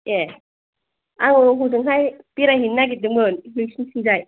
ए आङो हजोंहाय बेरायहैनो नागिरदोंमोन नोंसिनिथिंजाय